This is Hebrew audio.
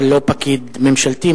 אבל לא פקיד ממשלתי,